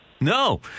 No